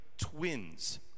twins